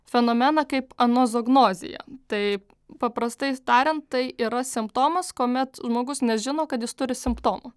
fenomeną kaip anozognozija tai paprastai tariant tai yra simptomas kuomet žmogus nežino kad jis turi simptomų